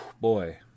boy